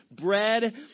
bread